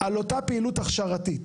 על אותה פעילות הכשרתית.